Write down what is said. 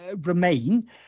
remain